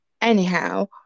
Anyhow